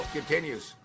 continues